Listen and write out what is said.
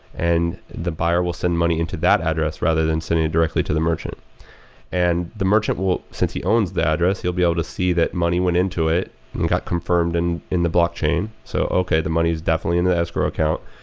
and the buyer will send money into that address rather than send it directly to the merchant and the merchant, since he owns the address, he'll be able to see that money went into it and got confirmed and in the blockchain. so okay, the money is definitely in the escrow account.